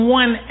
one